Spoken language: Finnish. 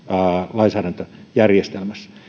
lainsäädäntöjärjestelmässä